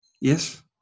Yes